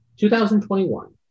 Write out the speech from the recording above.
2021